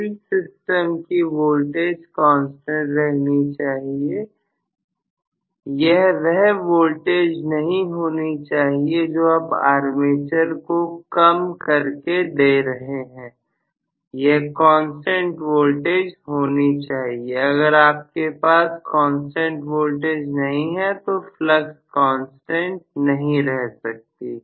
field system की voltage constant रहनी चाहिए यह वह वोल्टेज नहीं होनी चाहिए जो आप आर्मेचर को कम कर के दे रहे हैं यह कांस्टेंट वोल्टेज होनी चाहिए अगर आपके पास कांस्टेंट वोल्टेज नहीं है तो फ्लक्स कांस्टेंट नहीं रह सकती है